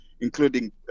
including